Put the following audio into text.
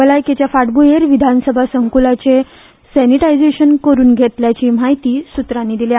भलायकेच्या फाटभूयेर विधानसभा संकुलाचे सेनिटायजेशन करून घेतल्याची म्हायती सुत्रांनी दिल्या